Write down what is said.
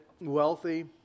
wealthy